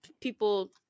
people